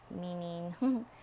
Meaning